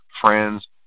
friends